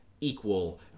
equal